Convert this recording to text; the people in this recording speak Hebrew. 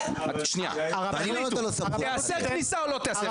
שנייה, תיאסר כניסה או לא תיאסר?